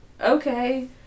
okay